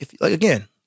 again